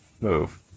move